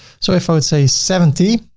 so if i would say seventy,